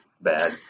bad